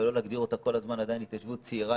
ולא להגדיר אותה כל הזמן עדיין ההתיישבות צעירה.